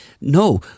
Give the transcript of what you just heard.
no